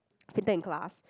fainted in class